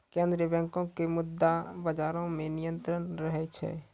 केन्द्रीय बैंको के मुद्रा बजारो मे नियंत्रण रहै छै